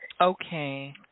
Okay